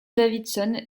davidson